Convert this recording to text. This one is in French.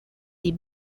des